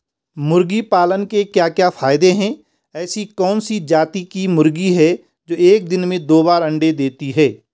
मुर्गी पालन के क्या क्या फायदे हैं ऐसी कौन सी जाती की मुर्गी है जो एक दिन में दो बार अंडा देती है?